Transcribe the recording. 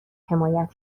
حمایت